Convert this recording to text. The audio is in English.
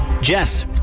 Jess